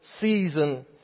season